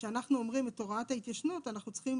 כשאנחנו אומרים את הוראת ההתיישנות אנחנו צריכים